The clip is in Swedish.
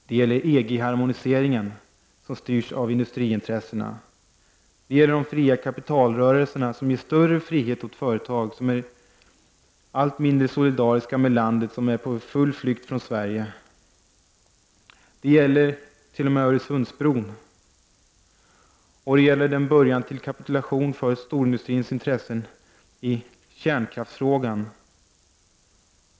Det gäller EG-harmoniseringen som styrs av industriintressena. Det gäller de fria kapitalrörelserna, som ger en större frihet åt företag som är allt mindre solidariska med landet och som är på full flykt från Sverige. Det gäller även början till kapitulation för storindustrins intressen i kärnkraftsfrågan.